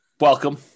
welcome